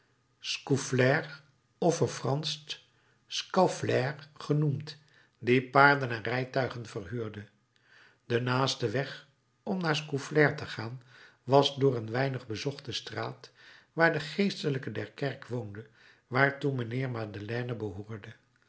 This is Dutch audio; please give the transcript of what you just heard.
scaufflair of verfranscht scaufflaire genoemd die paarden en rijtuigen verhuurde de naaste weg om naar scaufflaire te gaan was door een weinig bezochte straat waar de geestelijke der kerk woonde waartoe mijnheer madeleine behoorde